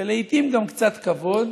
ולעיתים גם קצת כבוד,